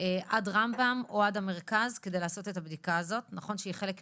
עד רמב"ם או עד המרכז כדי לעשות את הבדיקה הזאת שהיא חלק ממעקב.